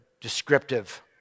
descriptive